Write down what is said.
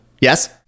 Yes